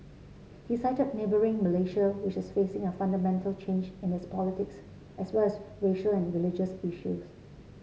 he cited neighbouring Malaysia which is facing a fundamental change in its politics as well as racial and religious issues